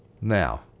now